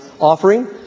offering